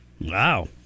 Wow